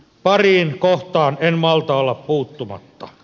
pariin kohtaan en malta olla puuttumatta